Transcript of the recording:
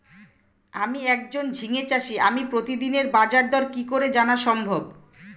আমি একজন ঝিঙে চাষী আমি প্রতিদিনের বাজারদর কি করে জানা সম্ভব?